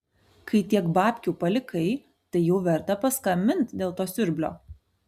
kai tiek babkių palikai tai jau verta paskambint dėl to siurblio